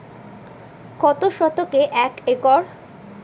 কত শতকে এক একর?